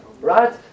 right